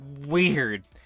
weird